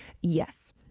yes